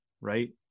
right